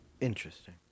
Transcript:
Interesting